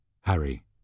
Harry